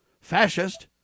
fascist